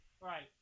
Right